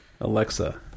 Alexa